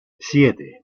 siete